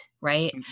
Right